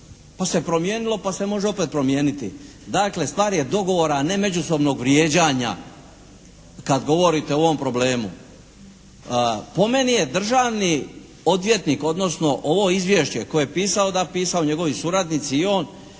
pa se promijenilo, pa se može opet promijeniti. Dakle, stvar je dogovora, a ne međusobnog vrijeđanja kad govorite o ovom problemu. Po meni je državni odvjetnik, odnosno ovo izvješće koje je pisao, da pisao njegovi suradnici i on